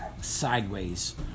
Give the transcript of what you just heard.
sideways